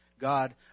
God